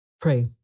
Pray